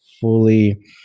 fully